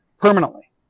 permanently